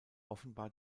offenbar